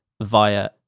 via